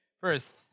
First